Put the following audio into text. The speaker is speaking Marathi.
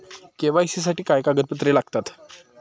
के.वाय.सी साठी काय कागदपत्रे लागतात?